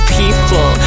people